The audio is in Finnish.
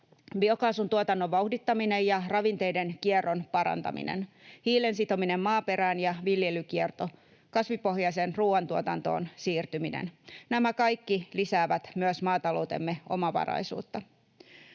Biokaasun tuotannon vauhdittaminen ja ravinteiden kierron parantaminen, hiilen sitominen maaperään ja viljelykierto, kasvipohjaisen ruuan tuotantoon siirtyminen — nämä kaikki lisäävät myös maataloutemme omavaraisuutta.